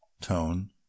tone